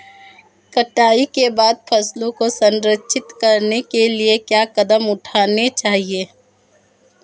कटाई के बाद फसलों को संरक्षित करने के लिए क्या कदम उठाने चाहिए?